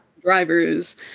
drivers